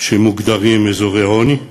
שמוגדרים אזורי עוני,